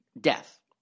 Death